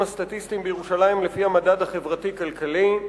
הסטטיסטיים בירושלים לפי המדד החברתי-הכלכלי.